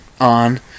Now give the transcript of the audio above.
on